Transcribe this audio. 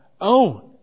own